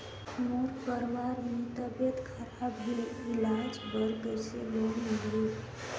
मोर परवार मे तबियत खराब हे इलाज बर कइसे लोन मिलही?